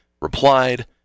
replied